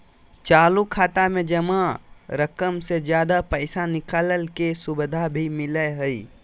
चालू खाता में जमा रकम से ज्यादा पैसा निकालय के सुविधा भी मिलय हइ